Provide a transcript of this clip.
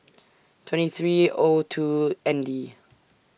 twenty three O two N D